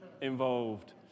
involved